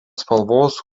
spalvos